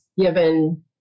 given